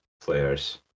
players